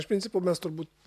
iš principo mes turbūt